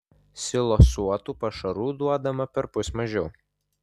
silosuotų pašarų duodama perpus mažiau